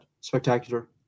spectacular